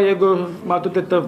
jeigu matote ta